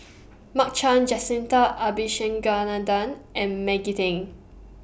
Mark Chan Jacintha Abisheganaden and Maggie Teng